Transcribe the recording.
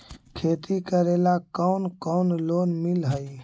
खेती करेला कौन कौन लोन मिल हइ?